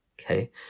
okay